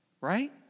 right